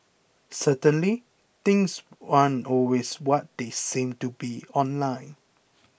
certainly things aren't always what they seem to be online